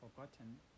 forgotten